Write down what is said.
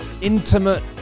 intimate